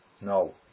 No